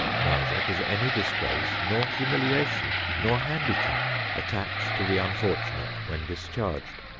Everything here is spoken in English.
neither does any disgrace nor humiliation nor handicap attach to the unfortunate when discharged.